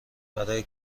برای